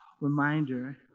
reminder